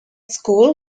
school